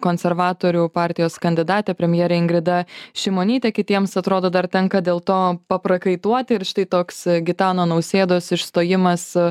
konservatorių partijos kandidatė premjerė ingrida šimonytė kitiems atrodo dar tenka dėl to paprakaituoti ir štai toks gitano nausėdos išstojimas